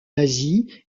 asie